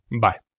Bye